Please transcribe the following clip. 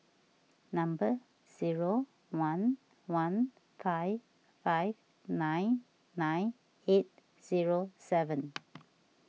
number zero one one five five nine nine eight zero seven